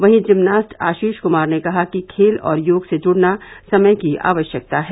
वहीं जिमनास्ट आशीष कुमार ने कहा कि खेल और योग से जुड़ना समय की आवश्यकता है